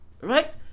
right